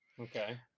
Okay